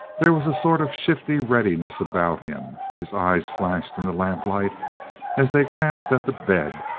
there was a sort of shifty readiness about him. his eyes flashed in the lamplight as they glanced at the bed,